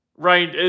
Right